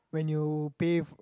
when you pay